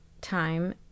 time